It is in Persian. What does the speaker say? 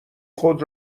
خود